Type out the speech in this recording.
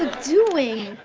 ah doing?